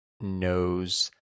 knows